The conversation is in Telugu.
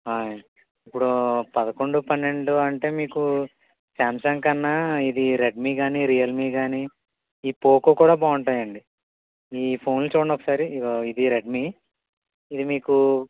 ఆయ్ ఇప్పుడు పదకొండు పన్నెండు అంటే మీకు శాంసంగ్ కన్నా ఇది రెడ్మీ కానీ రియల్మీ గానీ ఈ పోకో కూడా బాగుంటాయండి ఈ ఫోన్లు చూడండి ఒకసారి ఇది రెడ్మీ ఇది మీకు